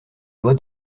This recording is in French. loi